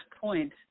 point